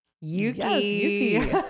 yuki